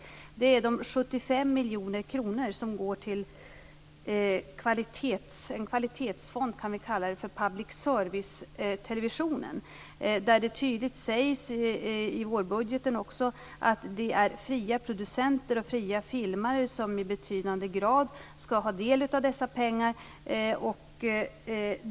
Det är de 75 miljoner kronor som går till en kvalitetsfond, kan vi kalla det, för public service-televisionen. Det sägs också tydligt i vårbudgeten att det är fria producenter och fria filmare som i betydande grad skall ha del av dessa pengar.